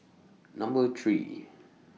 Number three